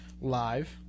live